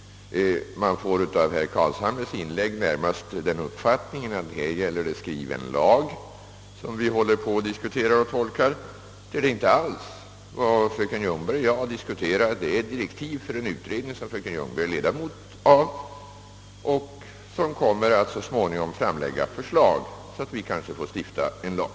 Man får av herr Carlshamres inlägg närmast den uppfattningen, att det är skriven lag som vi håller på att diskutera och tolka. Det är det inte alls. Vad fröken Ljungberg och jag diskuterat är direktiv för en utredning som fröken Ljungberg är ledamot av och som så småningom kommer att framlägga förslag, så att vi kanske får stifta en lag.